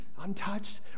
Untouched